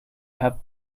have